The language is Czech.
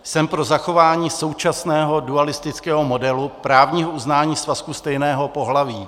Jsem pro zachování současného dualistického modelu právního uznání svazku stejného pohlaví.